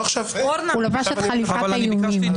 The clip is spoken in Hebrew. לבש את חליפת האיומים.